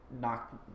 knock